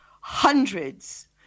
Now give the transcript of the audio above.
hundreds